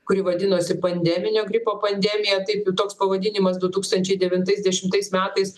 kuri vadinosi pandeminio gripo pandemija tai toks pavadinimas du tūkstančiai devintais dešimtais metais